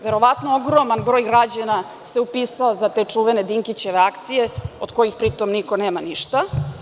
Verovatno ogroman broj građana se upisao za te čuvene Dinkićeve akcije, od kojih pri tom, niko nema ništa.